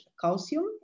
calcium